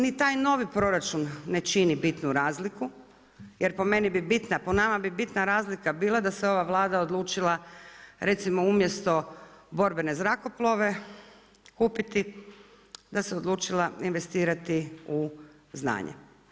Ni taj novi proračun ne čini bitnu razliku, jer po meni bi bitna, po nama bi bitna razlika bila da se ova Vlada odlučila recimo umjesto borbene zrakoplove kupiti, da se odlučila investirati u znanje.